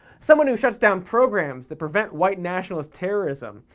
someone who shuts down programs that prevent white nationalist terrorism.